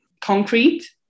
Concrete